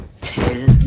Tell